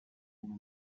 come